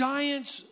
Giants